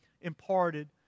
imparted